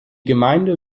gemeinde